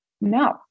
no